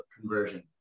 conversion